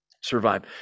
survive